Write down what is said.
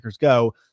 go